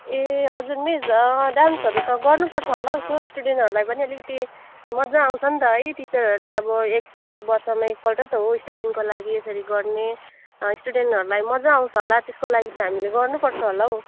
ए हजुर मिस डान्सहरू त गर्नुपर्छ होला हो यसो स्टुडेन्टहरूलाई पनि अलिकति मजा आउँछ नि त है टिचरहरूले अब एकपल्ट वर्षमा एकपल्ट त हो स्टुडेन्टको लागि यसरी गर्ने स्टुडेन्टहरूलाई मजा आउँछ होला त्यसको लागि त हामीले गर्नुपर्छ होला हौ